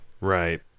Right